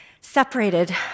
separated